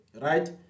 right